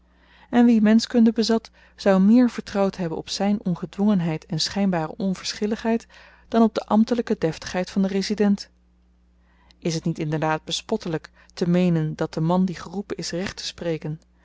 en wie menschkunde bezat zou meer vertrouwd hebben op zyn ongedwongenheid en schynbare onverschilligheid dan op de ambtelyke deftigheid van den resident is t niet inderdaad bespottelyk te meenen dat de man die geroepen is recht te spreken